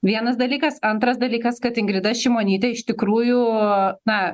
vienas dalykas antras dalykas kad ingrida šimonytė iš tikrųjų na